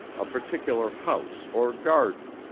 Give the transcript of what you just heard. a particular house or garden,